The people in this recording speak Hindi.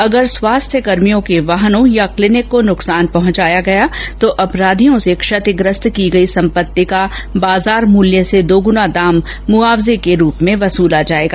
अगर स्वास्थ्यकर्मियों के वाहनों या क्लीनिक को नुकसान पहुंचाया गया तो अपराधियों से क्षतिग्रस्त की गई संपत्ति का बाजार मूल्य से दोग्ना दाम मुआवजे के रूप में वसूला जाएगा